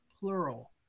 plural